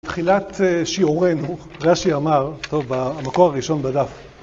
תחילת שיעורנו, רש"י אמר, טוב, המקור הראשון בדף.